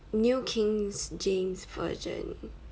new kings james version